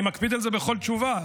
אני מקפיד על זה בכל תשובה.